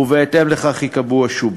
ובהתאם לכך ייקבעו השומות.